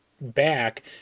Back